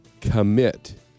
commit